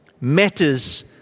matters